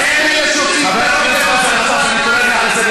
אתה שם את הראש שלך על, אתה מגן על ה"חמאס".